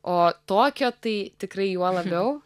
o tokio tai tikrai juo labiau